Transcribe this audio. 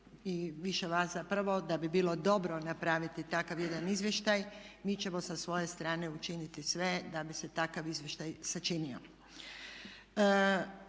i više vas zapravo da bi bilo dobro napraviti takav jedan izvještaj mi ćemo sa svoje strane učiniti sve da bi se takav izvještaj sačinio.